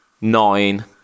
nine